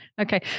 Okay